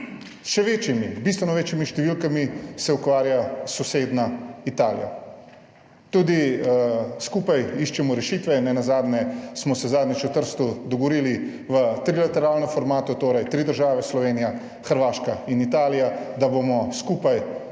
še večjimi, bistveno večjimi številkami se ukvarja sosednja Italija. Tudi skupaj iščemo rešitve, nenazadnje smo se zadnjič v Trstu dogovorili v trilateralnem formatu, torej tri države, Slovenija, Hrvaška in Italija, da bomo skupaj